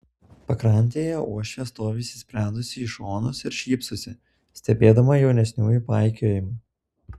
pakrantėje uošvė stovi įsisprendusi į šonus ir šypsosi stebėdama jaunesniųjų paikiojimą